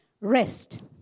Rest